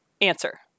Answer